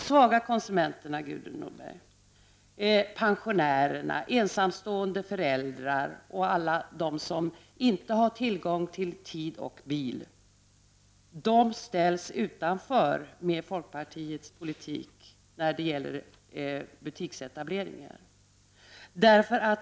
De svaga konsumenterna — pensionärerna, ensamstående föräldrar och alla de som inte har tillgång till tid och bil — ställs utanför med folkpartiets politik när det gäller butiksetableringar.